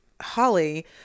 Holly